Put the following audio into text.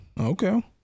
Okay